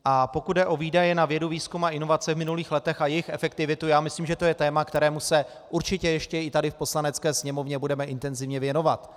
A pokud jde o výdaje na vědu, výzkum a inovace v minulých letech a jejich efektivitu, já myslím, že to je téma, kterému se určitě ještě i tady v Poslanecké sněmovně budeme intenzivně věnovat.